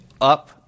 up